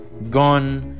Gone